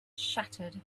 shattered